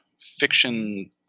fiction